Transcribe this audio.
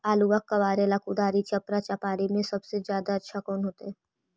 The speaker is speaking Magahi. आलुआ कबारेला कुदारी, चपरा, चपारी में से सबसे अच्छा कौन होतई?